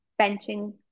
benching